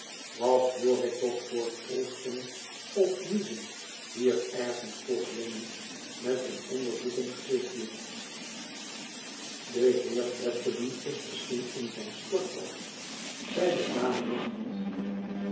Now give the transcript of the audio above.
wat hoor ik toch voor proesten of niezen hier ergens vroeg jenny met een onderzoekend gezichtje de heer fledgeby is misschien in zijn stortbad zei de dame glj lachend